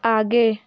आगे